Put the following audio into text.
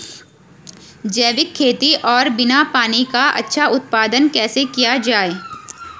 जैविक खेती और बिना पानी का अच्छा उत्पादन कैसे किया जाए?